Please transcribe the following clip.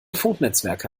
funknetzwerke